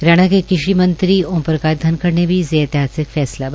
हरियाणा के कृषि मंत्री ओम प्रकाश धनखड़ ने भी इसे ऐतिहासिक फैसला बताया है